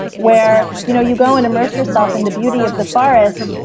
where you know you go and immerse yourself in the beauty of the forest.